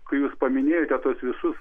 kai jūs paminėjote tuos visus